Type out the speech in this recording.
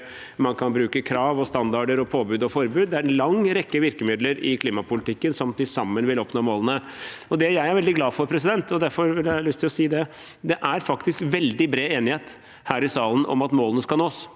man kan bruke krav og standarder og påbud og forbud. Det er en lang rekke virkemidler i klimapolitikken som til sammen vil føre til at en oppnår målene. Det jeg er veldig glad for – jeg har lyst til å si det – er at det faktisk er veldig bred enighet her i salen om at målene skal nås.